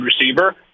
receiver